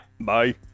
Bye